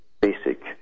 basic